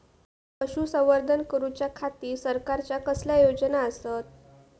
पशुसंवर्धन करूच्या खाती सरकारच्या कसल्या योजना आसत?